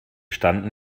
standen